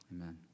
Amen